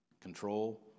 control